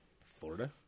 Florida